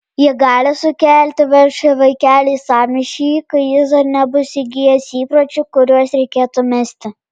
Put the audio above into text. ji gali sukelti vargšui vaikeliui sąmyšį kai jis dar nebus įgijęs įpročių kuriuos reikėtų mesti